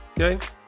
okay